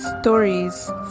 Stories